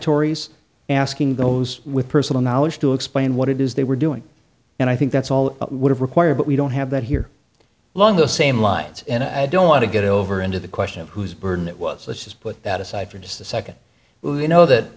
tories asking those with personal knowledge to explain what it is they were doing and i think that's all it would require but we don't have that here along the same lines and i don't want to get over into the question of who's been it was let's just put that aside for just a second you know that